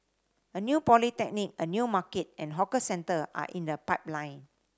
a new polyclinic a new market and hawker centre are in the pipeline